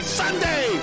sunday